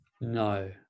No